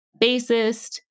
bassist